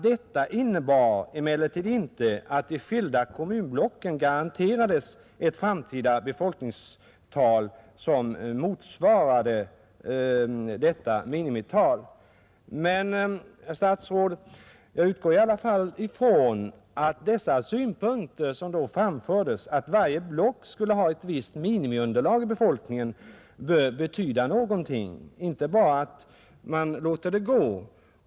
Detta innebar emellertid inte att de skilda kommunblocken garanterades ett framtida befolkningsunderlag som motsvarade detta minimital.” Men, herr statsråd, jag utgår från att vad som då anfördes, att varje block skulle ha ett visst minimiunderlag i befolkning, i alla fall skall betyda något, inte bara att man låter det gå!